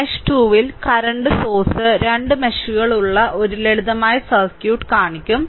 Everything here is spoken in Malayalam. മെഷ് 2 ൽ കറന്റ് സോഴ്സ് 2 മെഷുകളുള്ള ഒരു ലളിതമായ സർക്യൂട്ട് കാണിക്കും